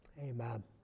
Amen